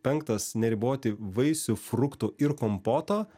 penktas neriboti vaisių fruktų ir kompoto